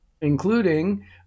including